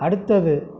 அடுத்தது